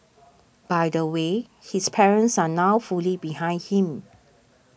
by the way his parents are now fully behind him